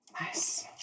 Nice